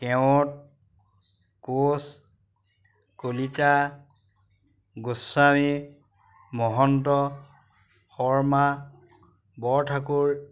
Keot Koch Kalita Goswami Mahanta Sharma Borthakur